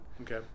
okay